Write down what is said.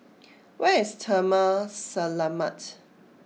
where is Taman Selamat